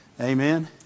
Amen